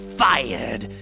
fired